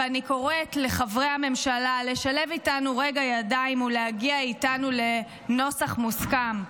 אני קוראת לחברי הממשלה לשלב איתנו רגע ידיים ולהגיע איתנו לנוסח מסוכם,